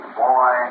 boy